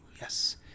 yes